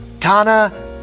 Tana